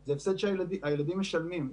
זה הפסד שהילדים משלמים.